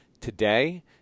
today